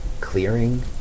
clearing